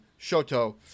Shoto